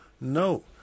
no